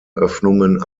öffnungen